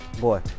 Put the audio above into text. boy